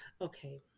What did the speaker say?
Okay